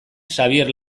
xabier